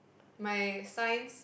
my science